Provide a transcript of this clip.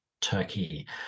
turkey